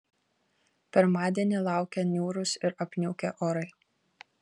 pirmadienį laukia niūrūs ir apniukę orai